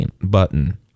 button